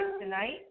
tonight